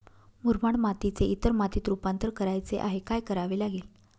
मुरमाड मातीचे इतर मातीत रुपांतर करायचे आहे, काय करावे लागेल?